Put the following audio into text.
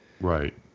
Right